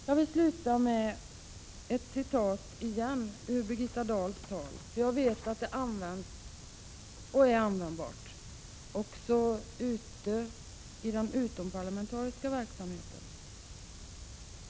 Jag vill sluta med ett ytterligare citat ur Birgitta Dahls tal. Jag vet att det används och är användbart också i den utomparlamentariska verksamheten.